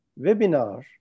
webinar